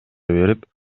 берип